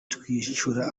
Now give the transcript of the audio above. twishyura